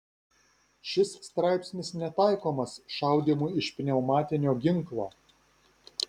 šis straipsnis netaikomas šaudymui iš pneumatinio ginklo